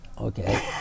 Okay